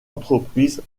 entreprise